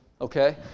okay